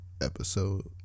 episode